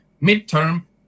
mid-term